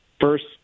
first